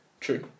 True